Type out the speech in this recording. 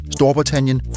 Storbritannien